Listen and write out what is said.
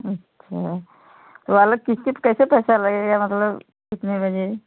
अच्छा तो अलग किस किट कैसे पैसा लगेगा मतलब कितने बजे